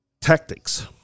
tactics